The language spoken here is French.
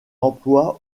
emploi